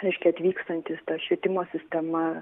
reiškia atvykstantys ta švietimo sistema